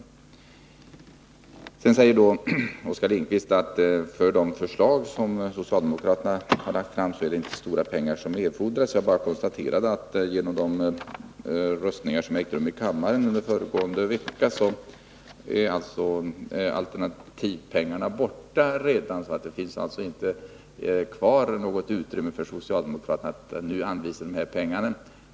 Oskar Lindkvist säger vidare att det för genomförande av de förslag som socialdemokraterna har lagt fram inte erfordras stora pengar. Jag konstaterar då att genom de omröstningar som ägde rum i kammaren föregående vecka har alternativpengarna redan försvunnit. Det finns alltså inte kvar något utrymme för socialdemokraterna att ta dessa pengar i anspråk.